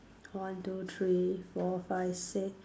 one two three four five six